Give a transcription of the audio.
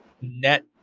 net